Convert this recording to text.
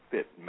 Fit